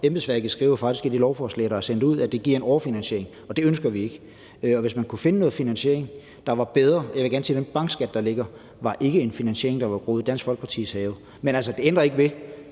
embedsværket skriver faktisk i det lovforslag, der er sendt ud, at det giver en overfinansiering, og det ønsker vi ikke. Jeg vil gerne sige, at den bankskat ikke er en finansiering, der er groet i Dansk Folkepartis have. Men altså, det ændrer ikke ved,